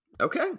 Okay